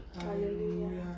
Hallelujah